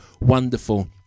wonderful